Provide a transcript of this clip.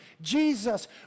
Jesus